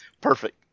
perfect